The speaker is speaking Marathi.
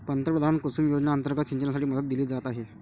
पंतप्रधान कुसुम योजना अंतर्गत सिंचनासाठी मदत दिली जात आहे